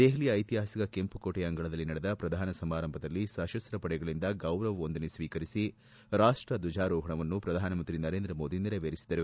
ದೆಹಲಿಯ ಐತಿಹಾಸಿಕ ಕೆಂಪುಕೋಟೆಯ ಅಂಗಳದಲ್ಲಿ ನಡೆದ ಪ್ರಧಾನ ಸಮಾರಂಭದಲ್ಲಿ ಸಶಸ್ತಪಡೆಗಳಿಂದ ಗೌರವ ವಂದನೆ ಸ್ವೀಕರಿಸಿ ರಾಷ್ಷ ದ್ವಜಾರೋಪಣವನ್ನು ಪ್ರಧಾನಮಂತ್ರಿ ನರೇಂದ್ರ ಮೋದಿ ನೆರವೇರಿಸಿದರು